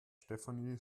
stefanie